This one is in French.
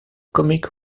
comic